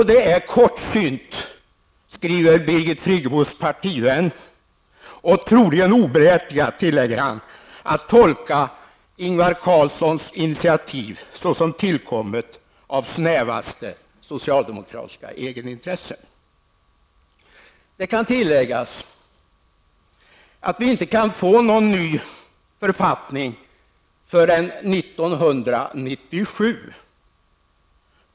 Det är kortsynt och troligen oberättigat, skriver Birgit Friggebos partivän, att tolka Ingvar Carlssons initiativ såsom tillkommet av snävaste socialdemokratiska egenintresse. Det kan tilläggas att vi inte kan få någon ny författning förrän 1997.